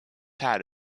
pat